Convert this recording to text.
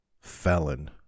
felon